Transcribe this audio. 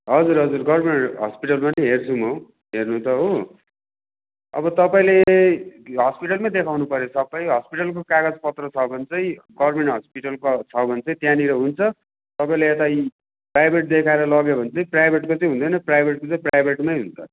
हजुर हजुर गभर्मेन्ट हस्पिटलमा नि हेर्छु म हेर्नु त हो अब तपाईँले हस्पिटलमै देखाउनु पऱ्यो सबै हस्पिटलको कागज पत्र छ भने चाहिँ गभर्मेन्ट हस्पिटलको छ भने चाहिँ त्यहाँनिर हुन्छ तपाईँले यता प्राइभेट देखाएर लग्यो भने चाहिँ प्राइभेटको चाहिँ हुँदैन प्राइभेटको चाहिँ प्राइभेटमै हुन्छ